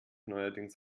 neuerdings